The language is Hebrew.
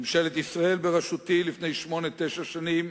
ממשלת ישראל בראשותי, לפני שמונה-תשע שנים,